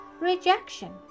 rejection